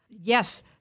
Yes